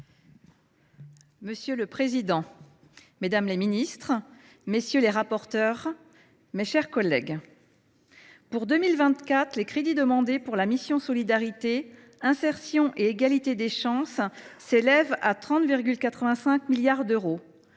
Monsieur le président, mesdames les ministres, mes chers collègues, pour 2024, les crédits demandés pour la mission « Solidarité, insertion et égalité des chances » s’élèvent à 30,85 milliards d’euros,